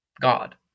god